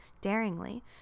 daringly